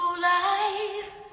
Life